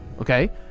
Okay